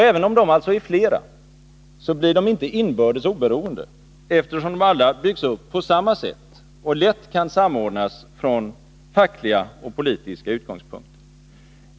Även om de alltså är flera, så blir de inte inbördes oberoende, eftersom de alla byggs upp på samma sätt och lätt kan samordnas från fackliga och politiska utgångspunkter.